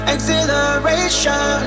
Exhilaration